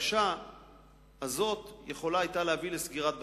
שהבקשה הזאת יכולה היתה להביא לסגירת בית-הספר.